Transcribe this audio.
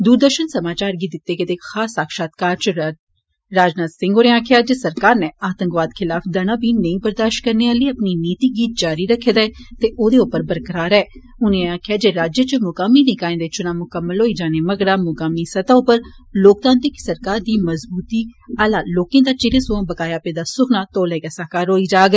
दूरदर्शन समाचार गी दिते गेदे इक खास साक्षात्कार च राजनाथ सिंह होरें आक्खेआ जे सरकार नै आतंकवाद खिलाफ दना बी नेई बरदाशत करने आली अपनी नीति गी जारी रक्खे दा ऐ ते औद उप्पर बरकार ऐ उनें आक्खेआ जे राज्य च मुकामी निकाएं दे चुनां मुकम्मल होई जाने मगरा मुकामी स्तह उप्पर लोकतांत्रिक सरकार दी मज़बूती आला लोकें दा चिरें सोयां बकाया पेदा सुखना तौले गै साकार होग